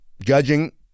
judging